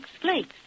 flakes